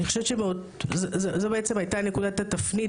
אני חושבת שזו בעצם הייתה נקודת התפנית